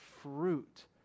fruit